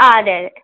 ആ അതെ അതെ